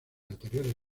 anteriores